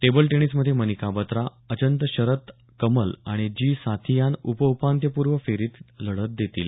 table tennis मध्ये मनिका बत्रा अचंत शरत कमल आणि G Sathiyan उप उपांत्य पूर्व फेरीत लढत देतील